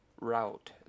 route